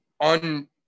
on